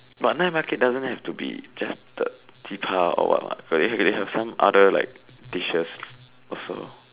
but night market doesn't have to be just the ji pa or what what it have like some other dishes also